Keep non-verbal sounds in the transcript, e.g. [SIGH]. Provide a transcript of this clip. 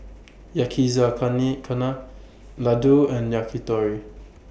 [UNINTELLIGIBLE] Ladoo and Yakitori